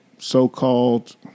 so-called